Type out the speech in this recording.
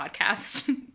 podcast